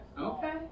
Okay